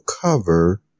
cover